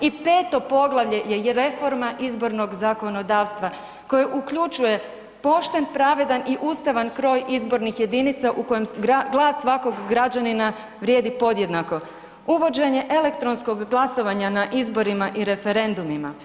I peto poglavlje je reforma izbornog zakonodavstva koje uključuje pošten, pravedan i ustavan kroj izbornih jedinica u kojem glas svakog građanina vrijedi podjednako, uvođenje elektronskog glasovanja na izborima i referendumima.